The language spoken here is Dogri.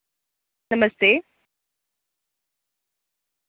नमस्ते